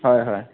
হয় হয়